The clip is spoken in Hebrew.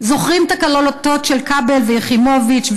זוכרים את הקלטות של כבל ויחימוביץ,